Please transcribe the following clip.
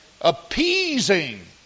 appeasing